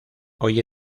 hoy